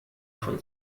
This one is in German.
voll